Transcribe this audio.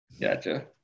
Gotcha